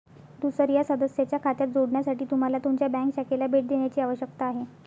दुसर्या सदस्याच्या खात्यात जोडण्यासाठी तुम्हाला तुमच्या बँक शाखेला भेट देण्याची आवश्यकता आहे